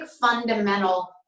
fundamental